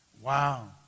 Wow